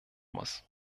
muss